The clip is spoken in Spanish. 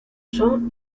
son